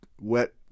wet